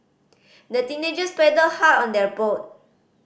the teenagers paddled hard on their boat